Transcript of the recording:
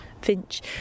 Finch